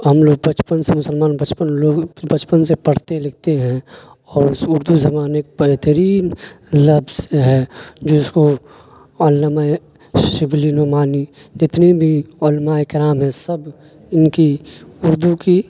ہم لوگ بچپن سے مسلمان بچپن لوگ بچپن سے پڑھتے لکھتے ہیں اور اس اردو زبان ایک بہترین لفظ ہے جو اس کو علامہ شبلی نعمانی جتنی بھی علماء کرام ہیں سب ان کی اردو کی